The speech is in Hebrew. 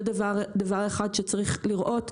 זה דבר אחד שצריך לראות,